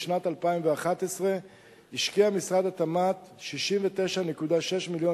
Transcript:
בשנת 2011 השקיע משרד התמ"ת 69.6 מיליון